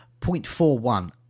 0.41